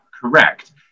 correct